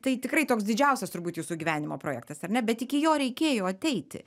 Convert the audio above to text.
tai tikrai toks didžiausias turbūt jūsų gyvenimo projektas ar ne bet iki jo reikėjo ateiti